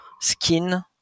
skin